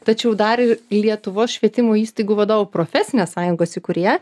tačiau dar ir lietuvos švietimų įstaigų vadovų profesinės sąjungos įkūrėja